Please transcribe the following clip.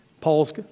Paul's